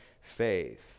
faith